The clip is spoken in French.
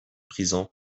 prison